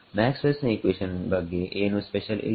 Maxwell ನ equation ಬಗ್ಗೆ ಏನೂ ಸ್ಪೆಷಲ್ ಇಲ್ಲ